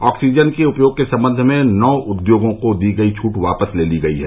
oxygen के उपयोग के संबंध में नौ उद्योगों को दी गई छूट वापस ले ली गई है